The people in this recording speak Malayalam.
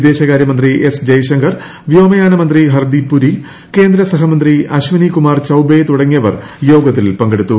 വിദേശകാര്യമന്ത്രി എസ് ജയശങ്കർ വ്യോമയാന മന്ത്രി ഹർദീപ് പുരി കേന്ദ്ര സഹമന്ത്രി അശ്വനികുമാർ ചൌബേ തുടങ്ങിയവർ യോഗത്തിൽ പങ്കെടുത്തു